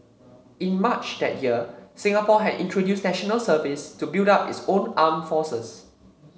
in March that year Singapore had introduced National Service to build up its own armed forces